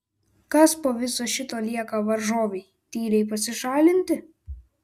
kas po viso šito lieka varžovei tyliai pasišalinti